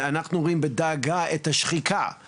אנחנו רואים בדאגה את השחיקה,